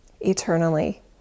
eternally